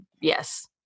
yes